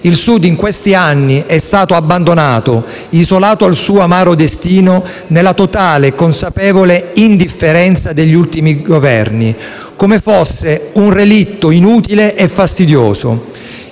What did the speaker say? Il Sud in questi anni è stato abbandonato e isolato al suo amaro destino, nella totale e consapevole indifferenza degli ultimi Governi, come fosse un relitto inutile e fastidioso.